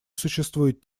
существует